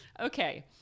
okay